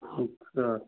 अच्छा